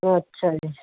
ਅੱਛਾ ਜੀ